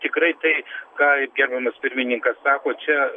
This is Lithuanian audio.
tikrai tai ką gerbiamas pirmininkas sako čia